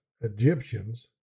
Egyptians